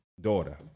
daughter